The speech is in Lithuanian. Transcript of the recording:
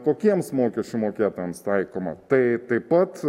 kokiems mokesčių mokėtojams taikoma tai taip pat